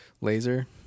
Laser